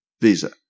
visa